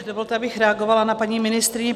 Dovolte, abych reagovala na paní ministryni.